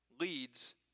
leads